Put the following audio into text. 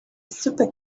super